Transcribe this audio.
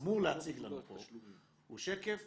אמור להציג לנו פה הוא שקף